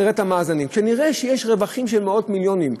כשנראה שיש רווחים של מאות מיליונים,